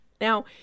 Now –